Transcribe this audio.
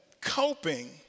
coping